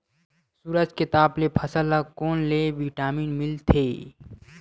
सूरज के ताप ले फसल ल कोन ले विटामिन मिल थे?